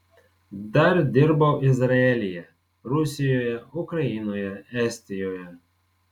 dar dirbau izraelyje rusijoje ukrainoje estijoje